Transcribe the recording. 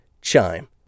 Chime